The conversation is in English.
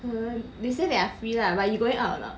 um they say they are free lah but you going out or not